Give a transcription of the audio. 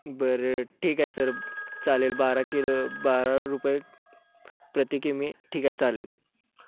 बरं ठीक आहे सर चालेल बारा किलो बारा रुपये प्रति किमी ठीक आहे चालेल